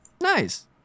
Nice